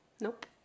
Nope